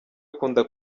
akunda